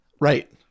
Right